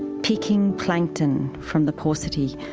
picking plankton from the paucity.